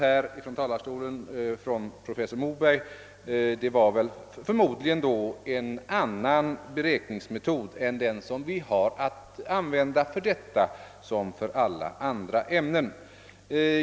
Professor Mobergs uppgifter, som återgavs här från talarstolen, är förmodligen framräknade enligt en annan metod än den som skall användas för detta liksom för alla andra ämnen.